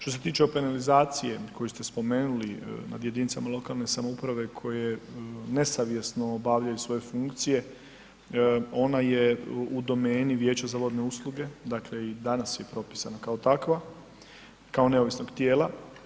Što se tiče penalizacije koju ste spomenuli nad jedinicama lokalne samouprave koje nesavjesno obavljaju svoje funkcije, ona je u domeni Vijeća za vodne usluge, dakle, i danas je propisana kao takva, kao neovisnog tijela.